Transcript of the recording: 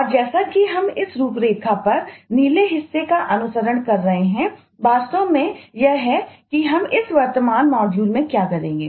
और जैसा कि हम इस रूपरेखा पर नीले हिस्से का अनुसरण कर रहे हैं वास्तव में यह है कि हम इस वर्तमान मॉड्यूल में क्या करेंगे